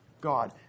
God